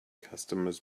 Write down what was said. customers